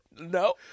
no